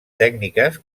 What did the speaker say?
tècniques